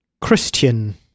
Christian